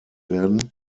werden